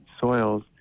soils